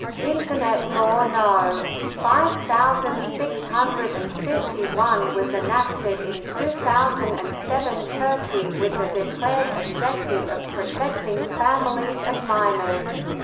internet law no. five thousand six hundred and fifty one was enacted in two thousand and seven turkey with the declared objective of protecting families and minors.